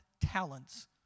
talents